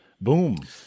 boom